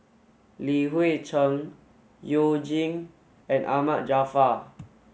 Li Hui Cheng You Jin and Ahmad Jaafar